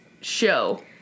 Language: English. show